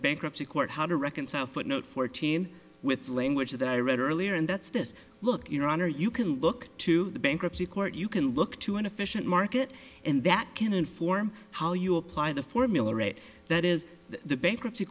bankruptcy court how to reconcile footnote fourteen with language that i read earlier and that's this look your honor you can look to the bankruptcy court you can look to an efficient market and that can inform how you apply the formula rate that is the bankruptcy